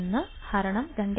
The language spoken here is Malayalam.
1 2